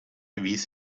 erwies